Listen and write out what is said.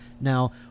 Now